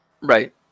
Right